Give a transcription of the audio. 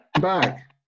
back